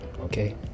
Okay